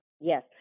Yes